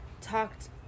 talked